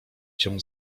cię